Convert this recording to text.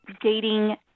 dating